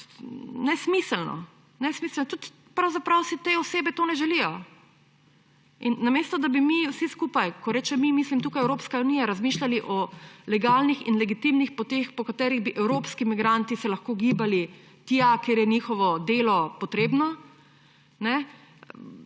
premakne naprej. Pravzaprav si te osebe tega tudi ne želijo. Namesto da bi mi vsi skupaj – ko rečem mi, mislim tukaj Evropsko unijo – razmišljali o legalnih in legitimnih poteh, po katerih bi se evropski migranti lahko gibali tja, kjer je njihovo delo potrebno,